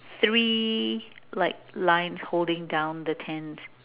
three like lines holding down the tent